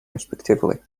respectively